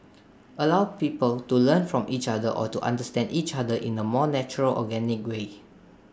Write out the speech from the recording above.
allow people to learn from each other or to understand each other in A more natural organic way